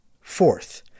Fourth